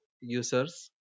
users